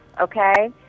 okay